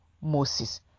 Moses